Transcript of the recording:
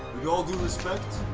yeah all due respect,